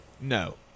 No